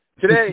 today